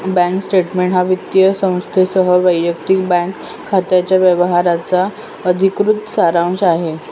bank statement हा वित्तीय संस्थेसह वैयक्तिक बँक खात्याच्या व्यवहारांचा अधिकृत सारांश आहे